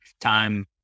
time